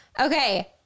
Okay